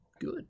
good